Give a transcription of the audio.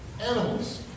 animals